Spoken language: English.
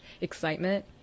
excitement